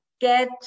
get